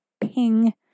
ping